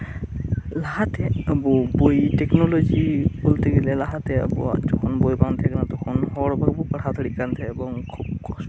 ᱞᱟᱦᱟᱛᱮ ᱟᱵᱚ ᱯᱩᱸᱛᱛᱷᱤ ᱴᱮᱠᱱᱳᱞᱚᱡᱤ ᱢᱮᱱ ᱞᱮᱠᱷᱟᱱ ᱞᱟᱦᱟᱛᱮ ᱟᱵᱚᱣᱟᱜ ᱯᱩᱸᱛᱷᱤ ᱵᱟᱝ ᱛᱟᱸᱦᱮ ᱠᱟᱱᱟ ᱛᱚᱠᱷᱚᱱ ᱦᱚᱲ ᱵᱟᱝ ᱵᱚᱱ ᱯᱟᱲᱦᱟᱣ ᱫᱟᱲᱮᱭᱟᱜ ᱠᱟᱱ ᱛᱟᱸᱦᱮᱫ ᱟᱨ ᱟᱹᱰᱤ ᱠᱚᱥᱴᱚ ᱛᱮ